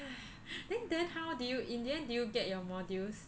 then then how did you in the end did you get your modules